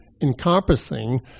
encompassing